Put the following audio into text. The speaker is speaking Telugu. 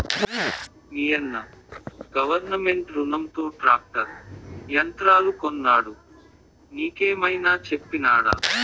మీయన్న గవర్నమెంట్ రునంతో ట్రాక్టర్ యంత్రాలు కొన్నాడు నీకేమైనా చెప్పినాడా